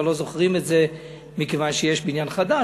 לא זוכרים את זה מכיוון שיש בניין חדש,